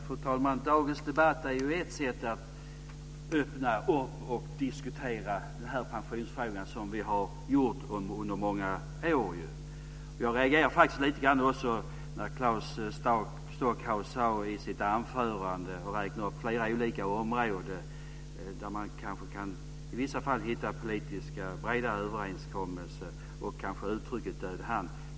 Fru talman! Dagens debatt är ett sätt att öppna upp och diskutera pensionsfrågan. Det har vi gjort under många år. Jag reagerade faktiskt lite grann när Claes Stockhaus i sitt anförande räknade upp flera olika områden där man kanske i vissa fall kan hitta breda politiska överenskommelser och kanske också uttrycket död hand.